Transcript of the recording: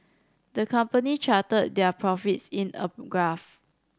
the company charted their profits in a graph